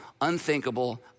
unthinkable